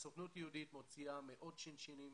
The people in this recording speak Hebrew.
הסוכנות היהודית מוציאה מאות שין-שינים